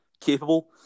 capable